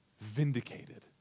vindicated